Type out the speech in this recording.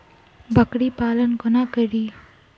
बकरी पालन कोना करि?